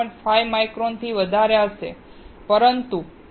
5 માઈક્રોનથી વધારે હશે પરંતુ 2